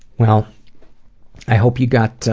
well i hope you got